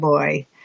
boy